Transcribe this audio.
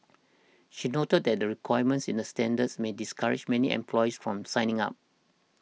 she noted that the requirements in the standards may discourage many employers from signing up